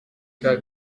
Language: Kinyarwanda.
kami